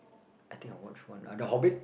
I think I watch one uh The-Hobbit